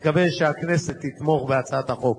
אני מקווה שהכנסת תתמוך בהצעת החוק.